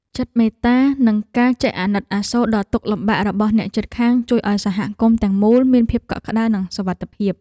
ចិត្តមេត្តានិងការចេះអាណិតអាសូរដល់ទុក្ខលំបាករបស់អ្នកជិតខាងជួយឱ្យសហគមន៍ទាំងមូលមានភាពកក់ក្តៅនិងសុវត្ថិភាព។